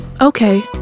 Okay